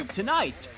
tonight